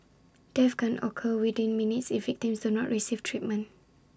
death can occur within minutes if victims do not receive treatment